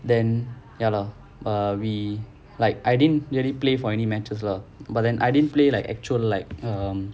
then ya lor err we like I didn't really play for any matches lah but then I didn't play like actual like um